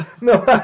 No